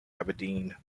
aberdeen